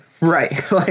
right